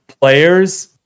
players